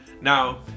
Now